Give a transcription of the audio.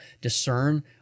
discern